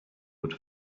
would